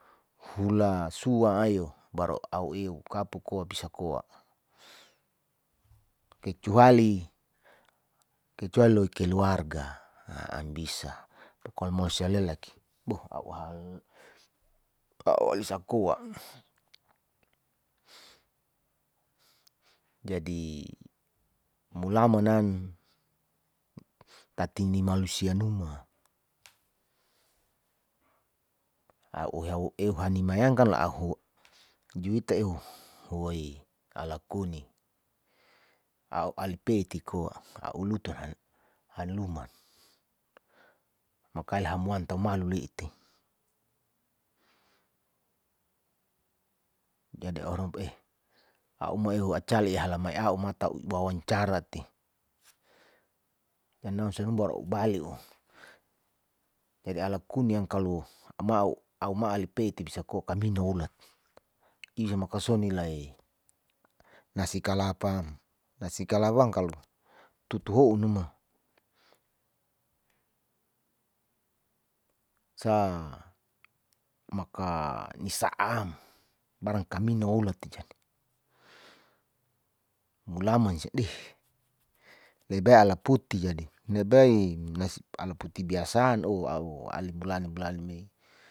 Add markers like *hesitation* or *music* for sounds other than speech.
Hula sua ayo baru a'u eukapo koa bisa koa *noise* kecuali loi keluarga han bias kalo mausia lelaki boh a'u alisa koa *noise* jadi mulaman tati ni malusia numa a'u heuhani mayangkan la ahu juita eu huwei halakuni a'u ali peti koa a'u lutun hanluman makali hamwan tu malu leite jadi aurob eh a'u meu huwei acale halamai a'u matau wawancara teh *unintelligible* a'u balioh la kuniang kalo amau a'u ma alipeti bisa koa kamini holat isa masa koni lai nasi kalapa, nasi kalapa *noise* tuut houn numa sa maka nisa'am barang kamina olat ti jadi mulaman sia deh lebai ala puti *hesitation* ala puti biasaan oh a'u ali mulani mulani me.